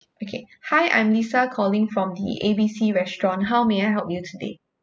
okay hi I'm lisa calling from the A B C restaurant how may I help you today